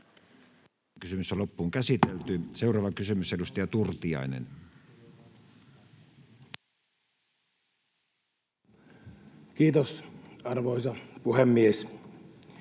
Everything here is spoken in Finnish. erityinen arvo. Seuraava kysymys, edustaja Turtiainen. Kiitos, arvoisa puhemies!